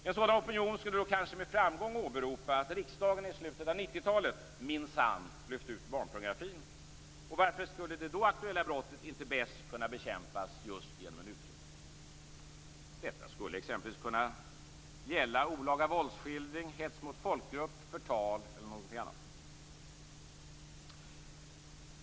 En sådan opinion skulle då kanske med framgång åberopa att riksdagen i slutet av 1990-talet minsann lyfte ut barnpornografin, och varför skulle det då aktuella brottet inte bäst kunna bekämpas just genom en utflyttning? Detta skulle exempelvis kunna gälla olaga våldsskildring, hets mot folkgrupp, förtal eller någonting annat.